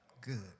Good